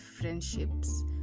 friendships